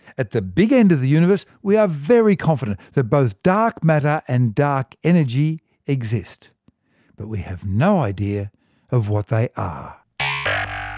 at the big end of the universe, we are very confident that both dark matter and dark energy exist but we have no idea of what they ah are.